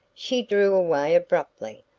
she drew away abruptly,